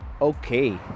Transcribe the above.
okay